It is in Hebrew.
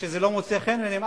כשזה לא מוצא חן בעיניהם,